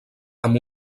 amb